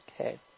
Okay